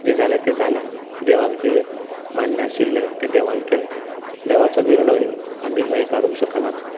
जें जालें तें जालें देवाक जें मान्य आशिल्लें तें देवान केलें देवाचो निर्णय आमी न्हयकारूंक शकनाच